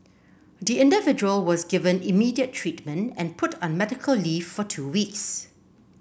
the individual was given immediate treatment and put on medical leave for two weeks